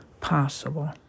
possible